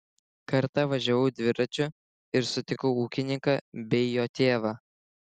kartą važiavau dviračiu ir sutikau ūkininką bei jo tėvą